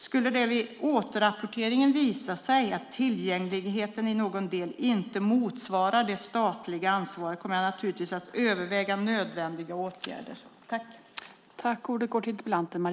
Skulle det vid återrapporteringen visa sig att tillgängligheten i någon del inte motsvarar det statliga ansvaret kommer jag naturligtvis att överväga nödvändiga åtgärder.